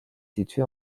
situé